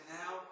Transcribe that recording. now